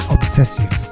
Obsessive